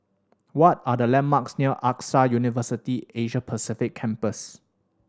what are the landmarks near AXA University Asia Pacific Campus